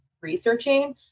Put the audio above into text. researching